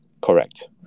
correct